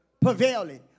prevailing